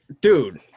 dude